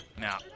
Now